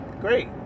great